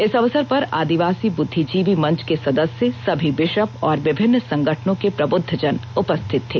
इस अवसर पर आदिवासी बुद्धिजीवी मंच के सदस सभी बिशप और विभिन्न संगठनों के प्रबुद्धजन उपस्थित थे